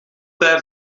bij